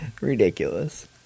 Ridiculous